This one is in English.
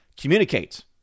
communicate